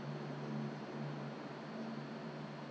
then then then 不错 ah lifetime why not